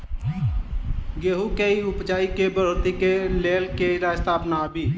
गेंहूँ केँ उपजाउ केँ बढ़ोतरी केँ लेल केँ रास्ता अपनाबी?